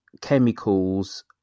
Chemicals